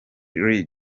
rae